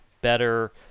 better